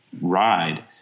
ride